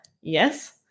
yes